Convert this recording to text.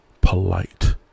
polite